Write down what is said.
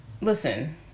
listen